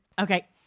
okay